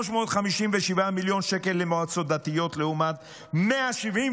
357 מיליון שקל למועצות דתיות לעומת 179